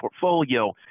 portfolio